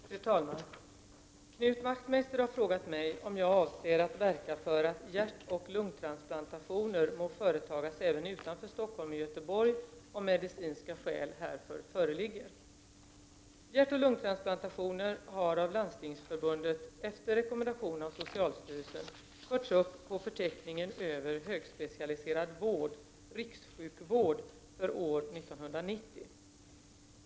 Fru talman! Knut Wachtmeister har frågat mig om jag avser att verka för att hjärtoch lungtransplantationer må företagas även utanför Stockholm och Göteborg om medicinska skäl härför föreligger. Hjärtoch lungtransplantationer har av Landstingsförbundet efter rekommendation av socialstyrelsen förts upp på förteckningen över högspecialiserad vård — rikssjukvård för år 1990.